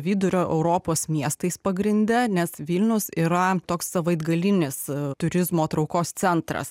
vidurio europos miestais pagrinde nes vilnius yra toks savaitgalinis turizmo traukos centras